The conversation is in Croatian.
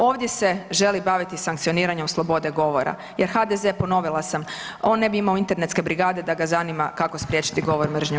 Ovdje se želi baviti sankcioniranjem slobode govora, jer HDZ ponovila sam, on ne bi imao internetske brigade da ga zanima kako spriječiti govor mržnje u